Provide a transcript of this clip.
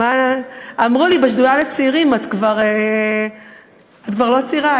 אמרו לי בשדולה לצעירים: את כבר לא צעירה.